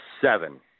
seven